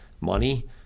money